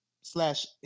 slash